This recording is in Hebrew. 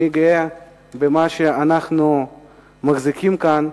אני גאה במה שאנחנו מחזיקים כאן.